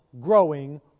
growing